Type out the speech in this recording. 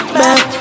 back